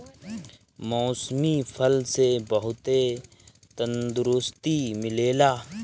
मौसमी फल से बहुते तंदुरुस्ती मिलेला